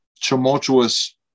tumultuous